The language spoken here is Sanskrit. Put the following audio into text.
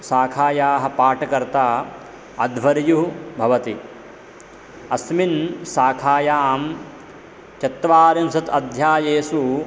शाखायाः पाठकर्ता अध्वर्युः भवति अस्मिन् शाखायां चत्वारिंशत् अध्यायेषु